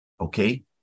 Okay